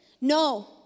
no